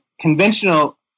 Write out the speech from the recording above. conventional